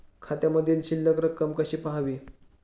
खात्यामधील शिल्लक रक्कम कशी पहावी?